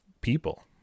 people